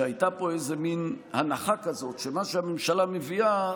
שהייתה פה מין הנחה כזאת שמה שהממשלה מביאה,